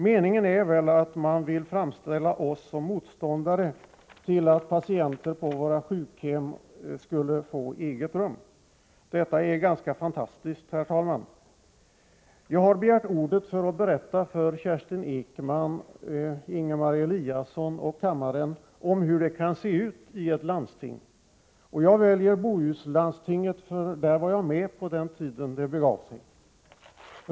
Meningen är väl att man vill framställa oss som motståndare till att patienter på våra sjukhem skall få eget rum. Detta är ganska fantastiskt, herr talman. Jag har begärt ordet för att berätta för Kerstin Ekman, Ingemar Eliasson och kammarens övriga ledamöter om hur det kan se utiett landsting. Och jag väljer Bohus läns landsting, för där var jag med på den tid då det begav sig.